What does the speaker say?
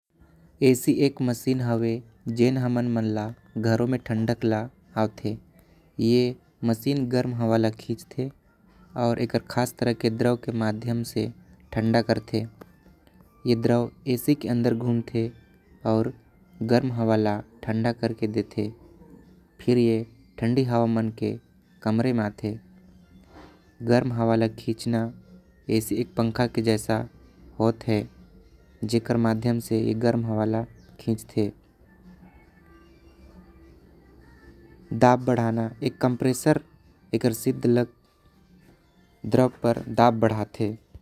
ऐसी एक मशीन हैवे जेन हमन मन ल घरों में ठंडक लाते। ए मशीन गरम हवा ल खींचते आऊ। आकर खास तरह के द्रव ऐसी के अदर घूमते आऊ। गर्म हवा ल ठंडा कर के देते फिर ए ठंडी हवा मन के कमरे मानते। गर्म हवा ल खींचना ऐसे इक पंखा के जैसा हावत हे। जेकर माध्यम से ए गर्म हवा ल खींचते।